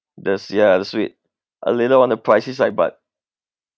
the yeah the suite a little on the pricey side but